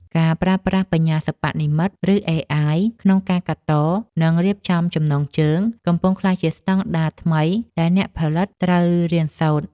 ការប្រើប្រាស់បញ្ញាសិប្បនិម្មិត ឬ អេអាយ ក្នុងការកាត់ត និងរៀបចំចំណងជើង កំពុងក្លាយជាស្ដង់ដារថ្មីដែលអ្នកផលិតត្រូវរៀនសូត្រ។